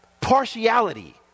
partiality